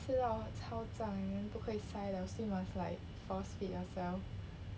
吃到超涨不可以赛了 still must like force feed yourself